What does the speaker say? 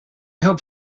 hope